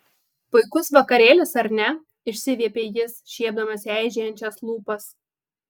puikus vakarėlis ar ne išsiviepė jis šiepdamas eižėjančias lūpas